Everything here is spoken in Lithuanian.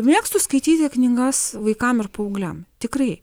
mėgstu skaityti knygas vaikam ir paaugliam tikrai